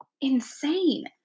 Insane